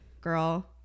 girl